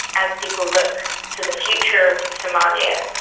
as people look to the future of somalia,